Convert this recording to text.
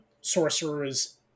sorcerers